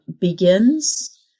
begins